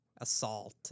assault